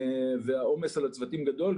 והעומס על הצוותים גדול,